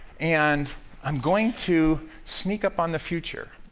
and i'm going to sneak up on the future,